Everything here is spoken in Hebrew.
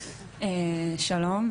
שלום,